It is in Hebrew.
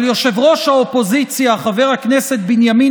אבל ראש האופוזיציה חבר הכנסת בנימין